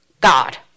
God